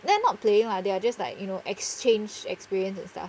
then not playing lah they are just like you know exchange experience and stuff